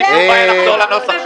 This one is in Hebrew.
אין לי שום בעיה לחזור לנוסח שלה.